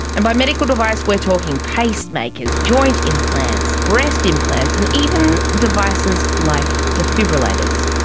and by medical device we're talking pacemakers, joint implants, breast implants and even devices like defibrillators.